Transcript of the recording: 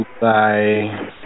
Bye